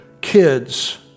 kids